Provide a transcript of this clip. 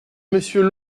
monsieur